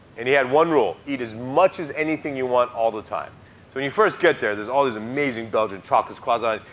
and he had one rule eat as much as anything you want, all the time. so when you first get there, there's all these amazing belgian chocolates, croissants.